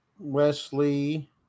Wesley